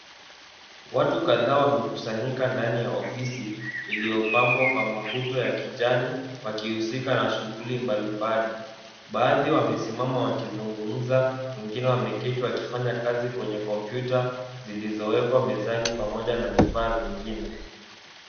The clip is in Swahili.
Watu kadhaa wamekusanyika ndani ya ofisi iliyopambwa kwa maputo ya kijani, wakihusika na shughuli mbalimbali. Baadhi wamesimama wakizungumza, wengine wameketi wakifanya kazi kwenye kompyuta zilizowekwa mezani pamoja na vifaa vingine.